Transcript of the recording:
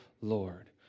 Lord